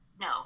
no